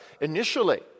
initially